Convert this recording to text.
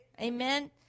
Amen